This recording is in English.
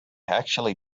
actually